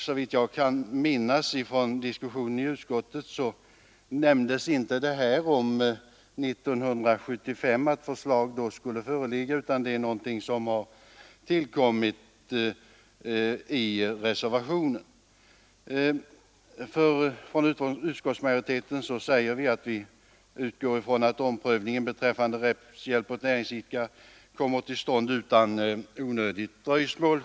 Såvitt jag kan minnas från diskussionen i utskottet nämndes där inte tidpunkten 1975, då förslag skulle föreligga, utan det är någonting som tillkommit i reservationen. Utskottsmajoriteten utgår ifrån att omprövning beträffande rättshjälp åt näringsidkare kommer till stånd utan onödigt dröjsmål.